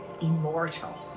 immortal